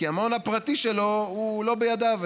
כי המעון הפרטי שלו לא בידיו,